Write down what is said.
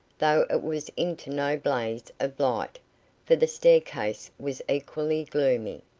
though it was into no blaze of light, for the staircase was equally gloomy.